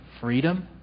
freedom